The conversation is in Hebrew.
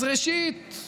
אז ראשית,